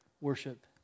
worship